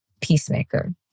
peacemaker